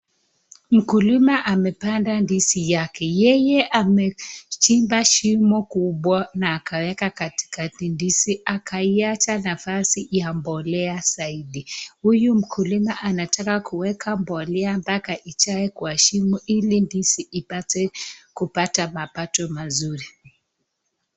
Mkulima amepanda ndizi yake, yeye amechimba shimo kubwa na akaeka katikati ndizi akaicha nafasi ya mbolea zaidi. Huyu mkulima anataka kuweka mbolea mpaka ijae kwa shimo ili ndizi ipate kupata mazao mazuri.